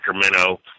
Sacramento